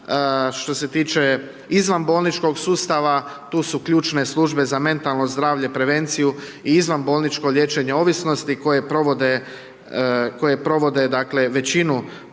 Što se tiče izvanbolničkog sustava, tu su ključne službe za mentalno zdravlje, prevenciju i izvanbolničko liječenje ovisnosti, koje provode većinu programa